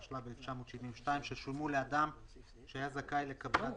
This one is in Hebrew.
התשל"ב 1972 ששולמו לאדם שהיה זכאי לקבלת